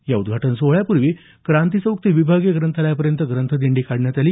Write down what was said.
या उद्घाटन सोहळ्यापूर्वी क्रांतीचौक ते विभागीय ग्रंथालया पर्यंत ग्रंथदिडी काढण्यात आली